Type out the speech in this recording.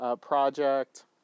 project